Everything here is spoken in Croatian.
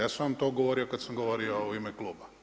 Ja sam vam to govorio kad sam govorio u ime kluba.